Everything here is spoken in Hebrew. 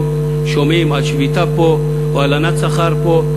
שומעים על שביתה פה או הלנת שכר פה.